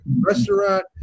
restaurant